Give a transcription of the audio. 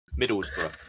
Middlesbrough